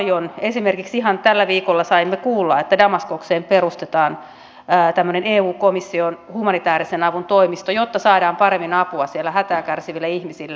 ihan esimerkiksi tällä viikolla saimme kuulla että damaskokseen perustetaan tämmöinen eun komission humanitäärisen avun toimisto jotta saadaan paremmin apua siellä hätää kärsiville ihmisille